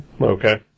Okay